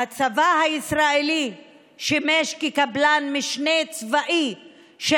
והצבא הישראלי שימש כקבלן משנה צבאי של